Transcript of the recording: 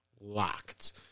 locked